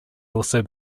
also